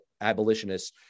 abolitionists